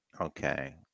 Okay